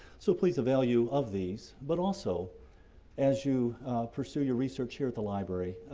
so please avail you of these, but also as you pursue your research here at the library,